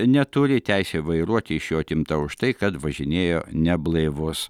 neturi teisė vairuoti iš jo atimta už tai kad važinėjo neblaivus